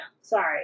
Sorry